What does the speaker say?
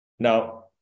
Now